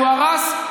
הוא הרס.